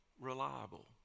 reliable